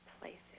places